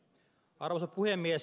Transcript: arvoisa puhemies